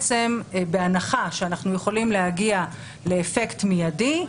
בהנחה שאנחנו יכולים להגיע לאפקט מידי,